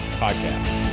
podcast